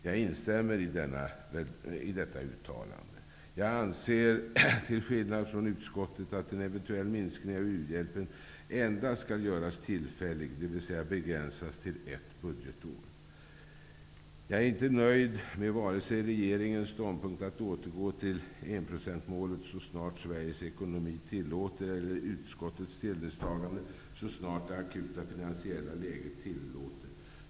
Jag instämmer i detta uttalande. Till skillnad från utskottet anser jag att en eventuell minskning av u-hjälpen endast skall vara tillfällig, dvs. att den skall begränsas till ett budgetår. Jag är inte nöjd vare sig med regeringens ståndpunkt, att återgå till enprocentsmålet ''så snart Sveriges ekonomi tillåter'', eller med utskottets ställningstagande, ''så snart det akuta finansiella läget tillåter''.